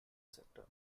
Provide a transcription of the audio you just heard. sector